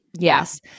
Yes